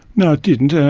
no, it didn't. ah